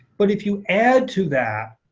but if you add to that,